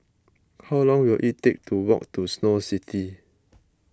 how long will it take to walk to Snow City